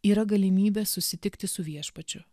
yra galimybė susitikti su viešpačiu